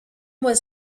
was